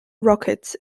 rockets